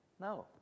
No